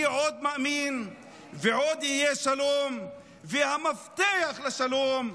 אני עוד מאמין ועוד יהיה שלום, והמפתח לשלום,